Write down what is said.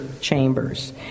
chambers